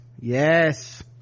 yes